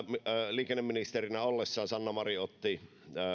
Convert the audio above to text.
liikenneministerinä ollessaan sanna marin otti